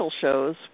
shows